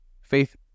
Faith